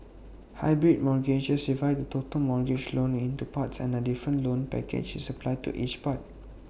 hybrid mortgages divides the total mortgage loan into parts and A different loan package is applied to each part